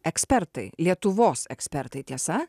ekspertai lietuvos ekspertai tiesa